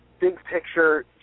big-picture